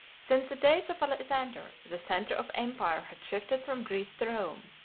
since the days of alexander the centre of empire had shifted from greece to rome,